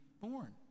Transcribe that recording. born